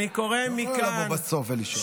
את לא יכולה לבוא בסוף ולשאול.